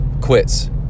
quits